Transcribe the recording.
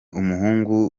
umuhungu